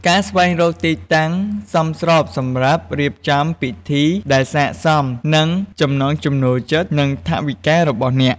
ការស្វែងរកទីតាំងសមស្របសម្រាប់រៀបចំពិធីដែលស័ក្តិសមនឹងចំណង់ចំណូលចិត្ត និងថវិការបស់អ្នក។